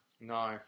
No